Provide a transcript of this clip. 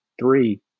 three